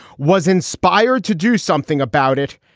was inspired to do something about it,